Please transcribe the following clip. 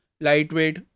lightweight